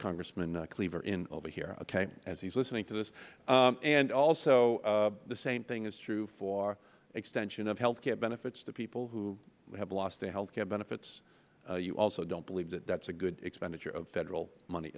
congressman cleaver in over here okay as he is listening to this and also the same thing is true for extension of health care benefits to people who have lost their health care benefits you also don't believe that that is a good expenditure of federal money